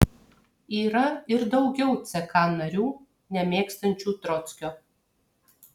yra ir daugiau ck narių nemėgstančių trockio